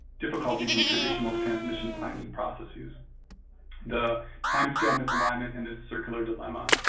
difficulties in traditional transmission planning processes the time scale misalignment and this circular dilemma.